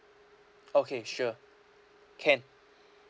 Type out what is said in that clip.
okay sure can